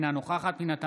אינה נוכחת פנינה תמנו,